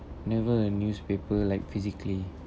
never a newspaper like physically